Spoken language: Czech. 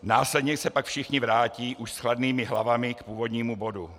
Následně se pak všichni vrátí už s chladnými hlavami k původnímu bodu.